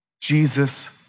Jesus